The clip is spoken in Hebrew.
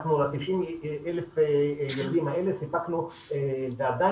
אנחנו ל-90,000 ילדים האלה סיפקנו ועדיין